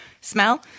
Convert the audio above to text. smell